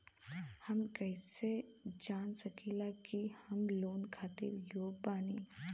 हम कईसे जान सकिला कि हम लोन खातिर योग्य बानी?